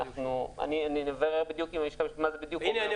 אני אברר מה זה בדיוק אומר --- הנה,